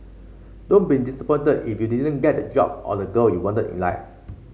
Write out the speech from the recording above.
don't be disappointed if you didn't get the job or the girl you wanted in life